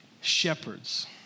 shepherds